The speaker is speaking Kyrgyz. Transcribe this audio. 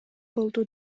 болду